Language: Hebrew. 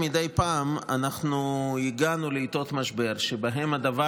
מדי פעם אנחנו הגענו לעיתות משבר שבהן הדבר